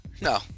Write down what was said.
No